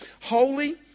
Holy